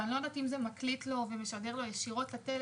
אני לא יודעת אם זה מקליט לו ומשדר לו ישירות לטלפון,